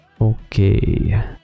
Okay